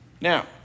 Now